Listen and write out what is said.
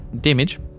Damage